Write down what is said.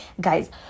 guys